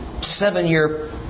seven-year